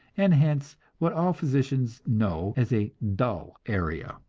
and hence what all physicians know as a dull area,